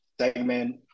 segment